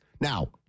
Now